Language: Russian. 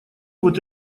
вот